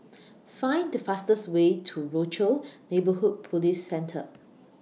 Find The fastest Way to Rochor Neighborhood Police Centre